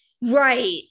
Right